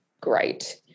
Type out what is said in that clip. great